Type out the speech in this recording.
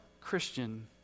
Christian